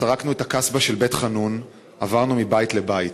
סרקנו את הקסבה של בית-חנון, עברנו מבית לבית.